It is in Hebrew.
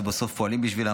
שבסוף פועלים בשבילו.